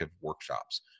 workshops